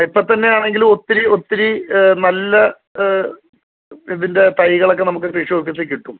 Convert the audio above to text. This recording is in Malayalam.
ഇപ്പം തന്നെ ആണെങ്കിലും ഒത്തിരി ഒത്തിരി നല്ല ഇതിൻ്റെ തൈകളൊക്കെ നമുക്ക് കൃഷി ഓഫീസിൽ കിട്ടും